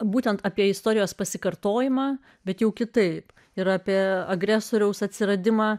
būtent apie istorijos pasikartojimą bet jau kitaip ir apie agresoriaus atsiradimą